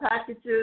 packages